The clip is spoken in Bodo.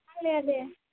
नांलाया दे